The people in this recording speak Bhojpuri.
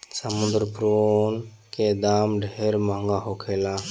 समुंद्री प्रोन के दाम ढेरे महंगा होखेला